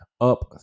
up